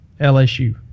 LSU